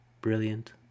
brilliant